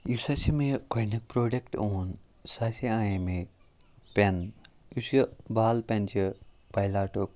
یُس ہَسے مےٚ یہِ گۄڈٕنیُک پرٛوٚڈَکٹ اوٚن سُہ ہاسے اَنے مےٚ پٮ۪ن یُس یہِ بال پٮ۪ن چھِ پایلاٹُک